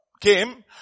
Came